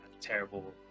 Terrible